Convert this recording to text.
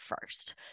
first